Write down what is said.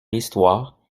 histoire